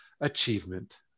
achievement